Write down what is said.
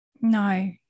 No